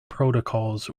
protocols